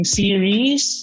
series